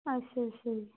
ਅੱਛਾ ਅੱਛਾ ਜੀ